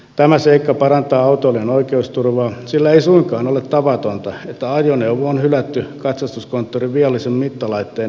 tämä seikka parantaa autoilijan oikeusturvaa sillä ei suinkaan ole tavatonta että ajoneuvo on hylätty katsastuskonttorin viallisen mittalaitteen näyttämän perusteella